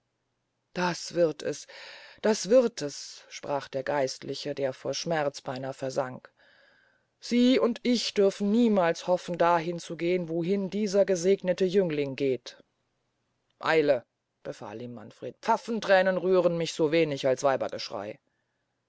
das wird es das wird es sprach der geistliche der vor schmerz beynahe versank sie und ich dürfen niemals hoffen dahin zu gehen wohin dieser gesegnete jüngling geht eile befahl ihm manfred pfaffenthränen rühren mich so wenig als